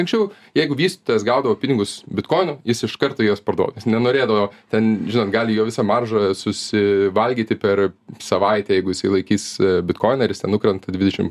anksčiau jeigu vystytojas gaudavo pinigus bitkoinu jis iš karto juos parduod jis nenorėdavo ten žinot gali jo visą maržą susi valgyti per savaitę jeigu jisai laikys bitkoiną ir jis ten nukrenta dvidešim